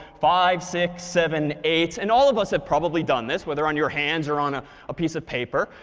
five, six, seven, eight. and all of us have probably done this, whether on your hands or on a ah piece of paper.